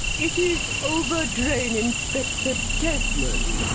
it is over-drain-inspector tesman,